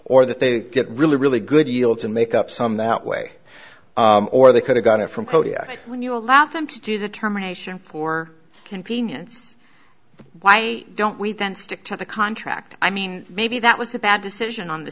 or that they get really really good deal to make up some that way or they could have got it from kodiak when you allow them to do determination for convenience why don't we then stick to the contract i mean maybe that was a bad decision on the